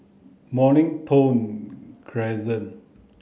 Mornington Crescent